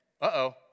uh-oh